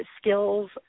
skills